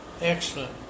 excellent